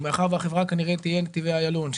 ומאחר והחברה כנראה תהיה נתיבי איילון,